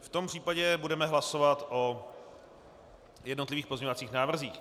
V tom případě budeme hlasovat o jednotlivých pozměňovacích návrzích.